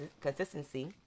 consistency